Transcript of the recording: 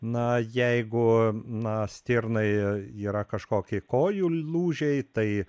na jeigu na stirnai yra kažkokie kojų lūžiai tai